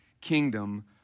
kingdom